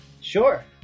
Sure